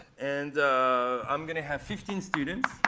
and i'm going to have fifteen students